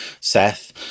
Seth